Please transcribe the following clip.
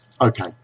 Okay